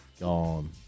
Gone